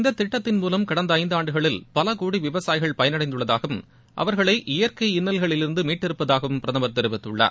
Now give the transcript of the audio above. இந்த திட்டத்தின் மூலம் கடந்த ஐந்து ஆண்டுகளில் பல கோடி விவசாயிகள் பயனடைந்துள்ளதாகவும் அவர்களை இயற்கை இன்னல்களிலிருந்து மீட்டிருப்பதாகவும் பிரதமா தெரிவித்துள்ளார்